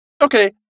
Okay